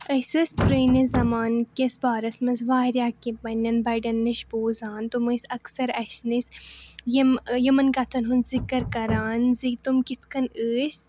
أسۍ ٲسۍ پرٛٲنِس زَمانہٕ کِس بارَس منٛز واریاہ کیٚنٛہہ پَنہٕ نٮ۪ن بَڈٮ۪ن نِش بوزان تِم ٲسۍ اَکثَر اَسہِ نِش یِم یِمَن کَتھَن ہُنٛد ذِکر کَران زِ تِم کِتھٕ کٔنۍ ٲسۍ